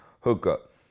hookup